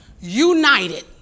united